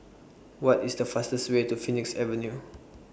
What IS The fastest Way to Phoenix Avenue